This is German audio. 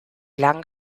lang